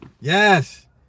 Yes